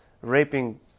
raping